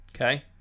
Okay